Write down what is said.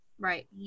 Right